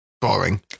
boring